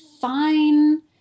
fine